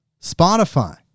Spotify